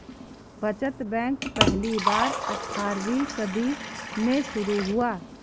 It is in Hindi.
बचत बैंक पहली बार अट्ठारहवीं सदी में शुरू हुआ